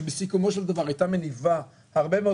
שבסיכומו של דבר הייתה מניבה הרבה מאוד